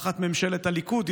תחת ממשלת הליכוד,